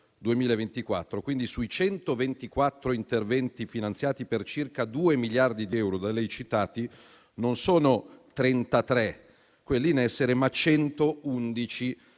2024: sui 124 interventi finanziati per circa 2 miliardi di euro da lei citati, non sono 33 quelli in essere, ma 111,